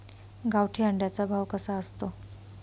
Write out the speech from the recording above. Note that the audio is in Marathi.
गावठी अंड्याचा भाव कसा असतो?